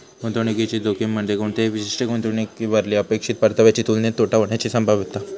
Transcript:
गुंतवणुकीची जोखीम म्हणजे कोणत्याही विशिष्ट गुंतवणुकीवरली अपेक्षित परताव्याच्यो तुलनेत तोटा होण्याची संभाव्यता